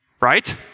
right